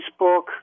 Facebook